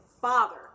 father